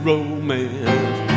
Romance